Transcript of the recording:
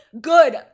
Good